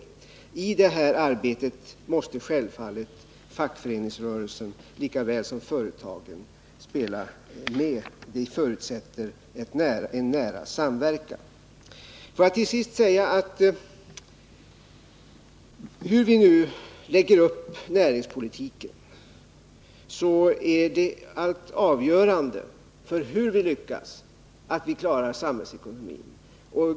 I det här arbetet måste självfallet fackföreningsrörelsen lika väl som företagen spela med. Det förutsätter en nära samverkan. Får jag till sist säga, att hur vi nu än lägger upp näringspolitiken är det helt avgörande för hur vi lyckas att vi klarar samhällsekonomin.